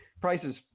prices –